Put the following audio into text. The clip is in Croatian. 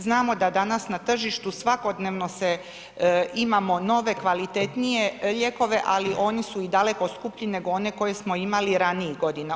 Znamo da danas na tržištu svakodnevno se, imamo nove, kvalitetnije lijekove ali oni su i daleko skuplji nego one koje smo imali ranijih godina.